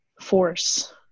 force